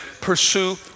pursue